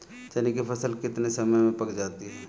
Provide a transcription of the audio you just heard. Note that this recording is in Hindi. चने की फसल कितने समय में पक जाती है?